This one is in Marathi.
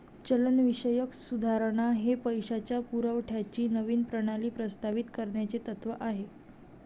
चलनविषयक सुधारणा हे पैशाच्या पुरवठ्याची नवीन प्रणाली प्रस्तावित करण्याचे तत्त्व आहे